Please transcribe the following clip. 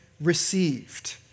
received